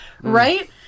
right